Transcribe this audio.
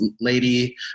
lady